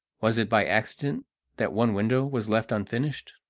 was it by accident that one window was left unfinished?